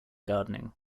gardening